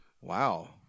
wow